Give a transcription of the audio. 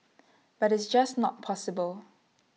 but it's just not possible